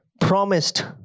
promised